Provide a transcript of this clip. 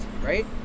right